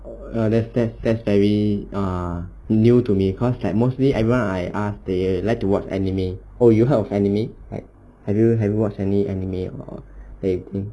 err that's that's that's very err new to me cause like mostly everyone I ask they like to watch anime or you heard of anime have you have you watched any anime